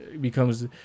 becomes